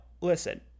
listen